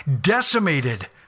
decimated